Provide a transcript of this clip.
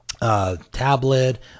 tablet